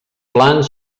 plans